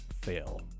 fail